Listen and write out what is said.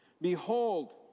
Behold